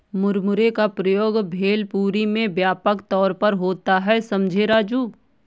मुरमुरे का प्रयोग भेलपुरी में व्यापक तौर पर होता है समझे राजू